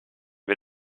wir